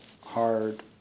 hard